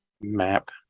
Map